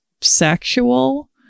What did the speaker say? sexual